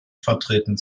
vertreten